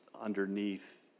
underneath